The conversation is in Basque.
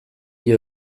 dio